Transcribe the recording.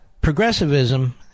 Progressivism